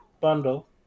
bundle